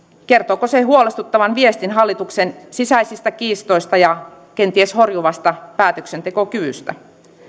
huolestuttavan viestin hallituksen sisäisistä kiistoista ja kenties horjuvasta päätöksentekokyvystä